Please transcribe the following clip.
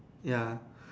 ya